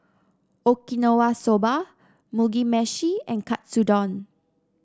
Okinawa Soba Mugi Meshi and Katsudon